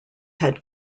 had